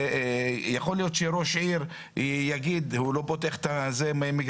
יכול להיות שראש עיר יגיד הוא לא פותח את המיקרופון,